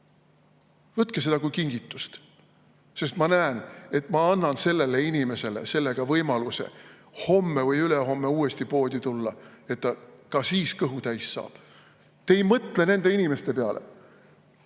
"Võtke seda kui kingitust." Ma näen, et ma annan sellele inimesele sellega võimaluse homme või ülehomme uuesti poodi tulla, et ta ka siis kõhu täis saaks. Te ei mõtle nende inimeste peale.